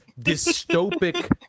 dystopic